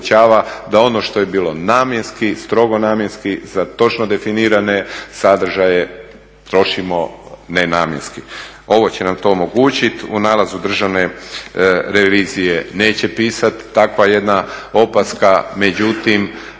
da ono što je bilo namjenski, strogo namjenski za točno definirane sadržaje trošimo nenamjenski. Ovo će nam to omogućiti. U nalazu Državne revizije neće pisati takva jedna opaska, međutim